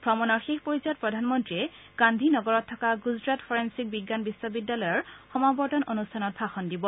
ভ্ৰমণৰ শেষ পৰ্যায়ত প্ৰধানমন্ত্ৰীয়ে গান্ধী নগৰত থকা গুজৰাট ফৰেনচিক বিজ্ঞান বিশ্ববিদ্যালয়ৰ সমাবৰ্তন অনুষ্ঠানত ভাষণ দিব